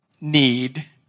need